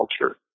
culture